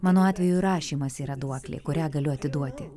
mano atveju rašymas yra duoklė kurią galiu atiduoti